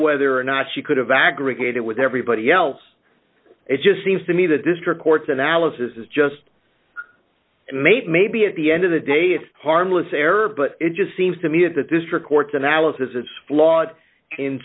whether or not she could have aggregated with everybody else it just seems to me the district court's analysis is just made maybe at the end of the day it's harmless error but it just seems to me that this trichords analysis is flawed in